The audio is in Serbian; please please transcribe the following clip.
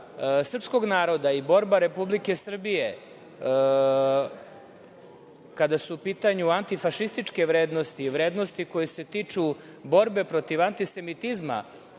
srpskog naroda i borba Republike Srbije, kada su u pitanju antifašističke vrednosti i vrednosti koje se tiču borbe protiv antisemitizma,